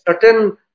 certain